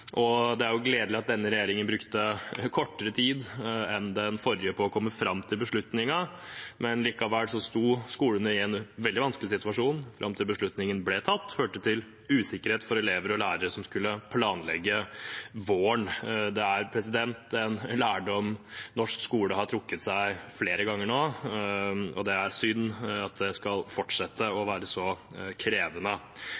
Det er jo gledelig at denne regjeringen brukte kortere tid enn den forrige på å komme fram til beslutningen, men likevel sto skolene i en veldig vanskelig situasjon fram til beslutningen ble tatt. Det førte til usikkerhet for elever og lærere som skulle planlegge våren. Det er en lærdom norsk skole har trukket flere ganger nå, og det er synd at det skal fortsette